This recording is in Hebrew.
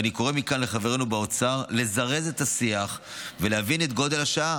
ואני קורא מכאן לחברינו באוצר לזרז את השיח ולהבין את גודל השעה,